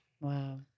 Wow